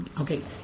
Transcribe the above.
Okay